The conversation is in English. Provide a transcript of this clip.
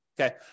Okay